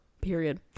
period